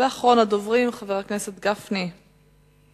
ואחרון הדוברים, חבר הכנסת משה